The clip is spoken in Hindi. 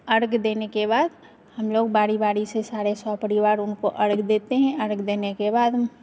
अर्घ्य देने के बाद हमलोग बारी बारी से सारे सपरिवार उनको अर्घ्य देते हैं अर्घ्य देने के बाद